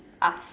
ask